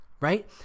right